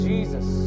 Jesus